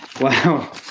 Wow